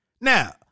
Now